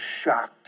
shocked